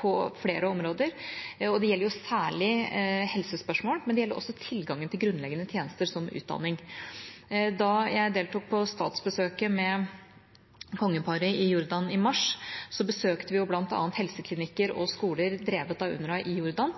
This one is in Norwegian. på flere områder. Det gjelder særlig helsespørsmål, men det gjelder også tilgangen til grunnleggende tjenester, som utdanning. Da jeg deltok på statsbesøket med kongeparet i Jordan i mars, besøkte vi bl.a. helseklinikker og skoler drevet av UNWRA i Jordan.